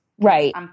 Right